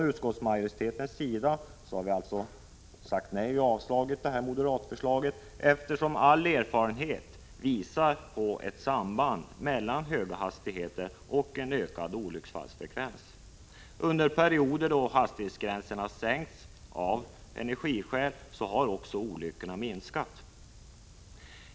Utskottsmajoriteten har avstyrkt detta moderatförslag, eftersom all erfarenhet visar på ett samband mellan höga hastigheter och en ökad olycksfrekvens. Under perioder då hastighetsgränserna har sänkts av energiskäl har olyckorna minskat.